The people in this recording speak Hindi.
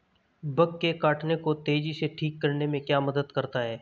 बग के काटने को तेजी से ठीक करने में क्या मदद करता है?